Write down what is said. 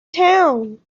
town